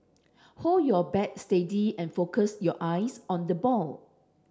hold your bat steady and focus your eyes on the ball